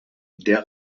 der